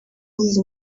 izi